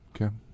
Okay